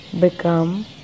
become